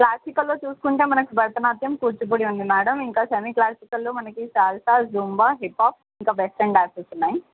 క్లాసికల్లో చూసుకుంటే మనకి భరతనాట్యం కూచిపూడి ఉంది మేడం ఇంకా సెమీ క్లాసికల్లో మనకి సాల్సా జుంబా హిపాప్ ఇంకా వెస్టన్ డ్యాన్సెస్ ఉన్నాయి